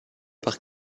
par